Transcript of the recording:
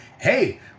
hey